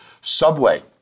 Subway